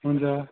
हुन्छ